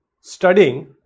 studying